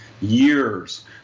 years